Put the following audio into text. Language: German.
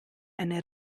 eine